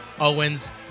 Owens